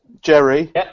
Jerry